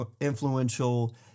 influential